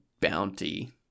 bounty